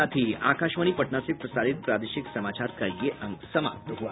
इसके साथ ही आकाशवाणी पटना से प्रसारित प्रादेशिक समाचार का ये अंक समाप्त हुआ